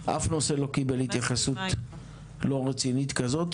אף נושא לא קיבל התייחסות לא רצינית כזאת.